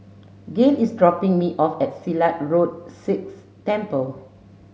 Gale is dropping me off at Silat Road Sikh Temple